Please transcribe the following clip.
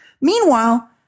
Meanwhile